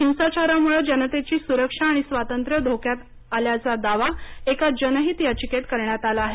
हिंसाचारामुळं जनतेची सुरक्षा आणि स्वातंत्र्य धोक्यात आल्याचा दावा एका जनहित याचिकेत करण्यात आला आहे